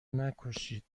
نکشید